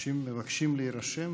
אנשים מבקשים להירשם,